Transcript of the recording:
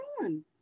on